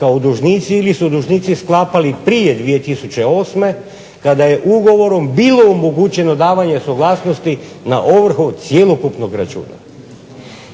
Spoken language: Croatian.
kao dužnici ili su dužnici sklapali prije 2008. kada je ugovorom bilo omogućeno davanje suglasnosti na ovrhu cjelokupnog računa.